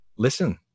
Listen